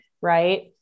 right